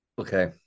Okay